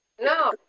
No